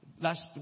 Last